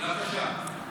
שאלה קשה.